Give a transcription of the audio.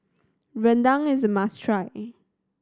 rendang is a must try